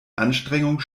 anstrengung